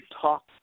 talk